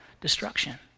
destruction